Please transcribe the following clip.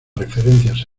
referencias